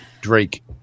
drake